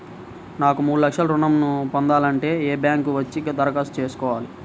నాకు మూడు లక్షలు ఋణం ను పొందాలంటే నేను బ్యాంక్కి వచ్చి దరఖాస్తు చేసుకోవాలా?